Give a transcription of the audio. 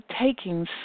taking